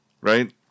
right